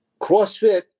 CrossFit